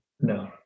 no